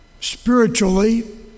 spiritually